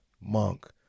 Monk